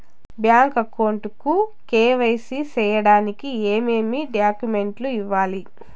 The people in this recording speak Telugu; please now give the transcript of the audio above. బ్యాంకు అకౌంట్ కు కె.వై.సి సేయడానికి ఏమేమి డాక్యుమెంట్ ఇవ్వాలి?